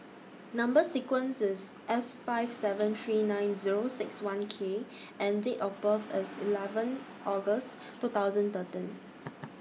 Number sequence IS S five seven three nine Zero six one K and Date of birth IS eleven August two thousand